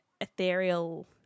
ethereal